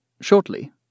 Shortly